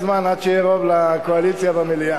אמרו לי למשוך זמן עד שיהיה רוב לקואליציה במליאה.